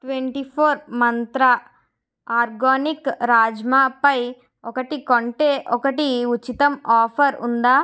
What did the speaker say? twenty four Mantra organic రాజ్మాపై ఒకటి కొంటే ఒకటి ఉచితం ఆఫర్ ఉందా